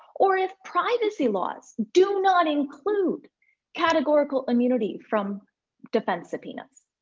or if privacy laws do not include categorical immunity from defense subpoenas,